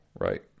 right